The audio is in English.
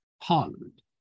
Parliament